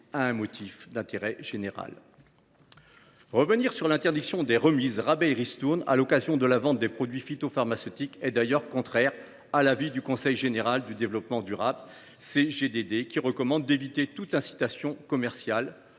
à un motif d’intérêt général. Lever l’interdiction des remises, rabais et ristournes à l’occasion de la vente de produits phytopharmaceutiques est contraire à l’avis du Conseil général de l’environnement et du développement durable (CGEDD), qui recommande d’éviter toute incitation commerciale